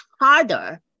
harder